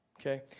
Okay